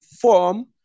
form